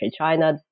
China